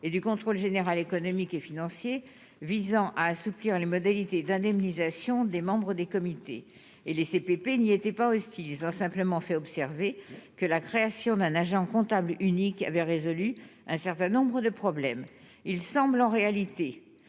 et du Contrôle général économique et financier visant à assouplir les modalités d'indemnisation des membres des comités et les CPP n'y étaient pas hostiles ont simplement fait observer que la création d'un agent comptable unique avait résolu un certain nombre de problèmes, il semble en réalité